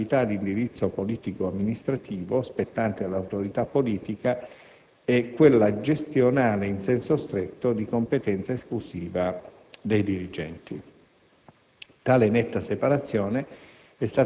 e successive modifiche e integrazioni, tra attività d'indirizzo politico-amministrativo, spettante all'autorità politica, e quella gestionale in senso stretto, di competenza esclusiva dei dirigenti.